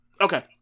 Okay